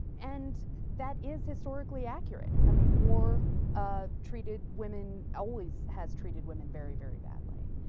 and that is historically accurate. i mean war ah treated women always has treated women, very, very badly.